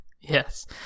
Yes